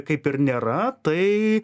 kaip ir nėra tai